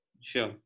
Sure